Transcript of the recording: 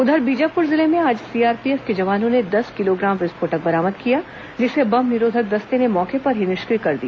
उधर बीजापुर जिले में आज सीआरपीएफ के जवानों ने दस किलो ग्राम विस्फोटक बरामद किया जिसे बम निरोधक दस्ते ने मौके पर ही निष्क्रिय कर दिया